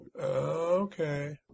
Okay